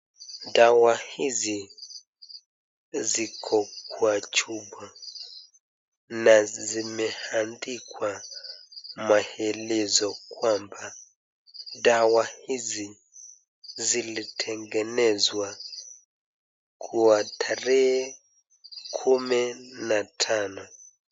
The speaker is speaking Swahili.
Dawa hizi ziko kwa chupa na zimeandikwa maelezo kwamba dawa hizi zilitengenezwa kwa tarehe kumi na tano.